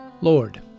Lord